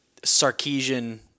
Sarkeesian